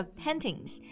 paintings